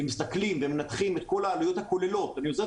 כשמסתכלים ומנתחים את כל העלויות הכוללות ואני עוזב